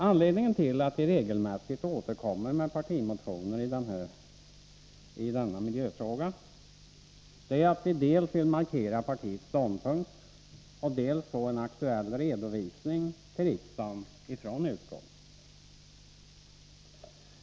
Anledningen till att vi regelmässigt återkommer med partimotioner i denna miljöfråga är att vi dels vill markera partiets ståndpunkt, dels vill få en aktuell redovisning till riksdagen från utskottet.